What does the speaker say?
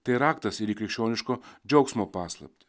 tai raktas ir į krikščioniško džiaugsmo paslaptį